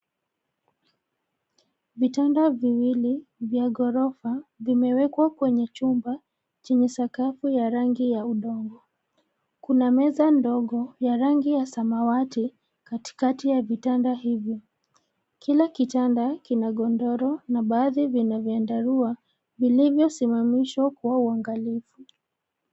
Vitanda viwili vya gorofa vimewekwa kwenye chumba chenye sakafu ya rangi ya udongo. Kuna meza ndogo ya rangi ya samawati katikati ya vitanda hivyo. Kila kitanda kina godoro na baadhi vina vyandarua, vilivyosimamishwa kwa uangalifu.